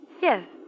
Yes